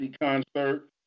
concert